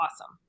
awesome